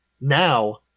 Now